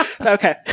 Okay